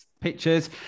pictures